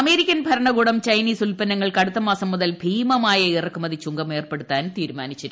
American ഭരണകൂടം Chinese ഉൽപ്പന്നങ്ങൾക്ക് അടുത്തമാസം മുതൽ ഭീമമായ ഇറക്കുമതി ചുങ്കം ഏർപ്പെടുത്താൻ തീരുമാനിച്ചിരുന്നു